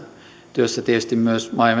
työssä tietysti myös maa ja